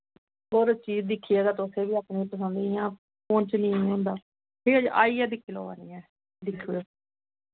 ओह् ते चीज दिक्खियै ते तुसें बी अपनी पसंद इ'यां होंदा ठीक ऐ आइयै दिक्खी लाओ आह्नियै